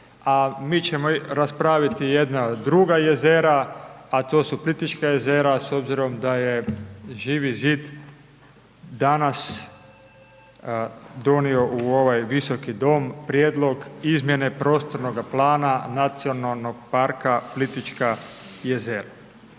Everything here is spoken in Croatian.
a mi ćemo raspraviti jedna druga jezera a to su Plitvička jezera s obzirom da je Živi zid donio u ovaj Visoki dom prijedlog izmjene prostornoga plana NP Plitvička jezera.